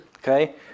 Okay